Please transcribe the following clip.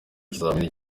ikizamini